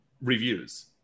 reviews